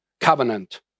covenant